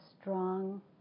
strong